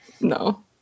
no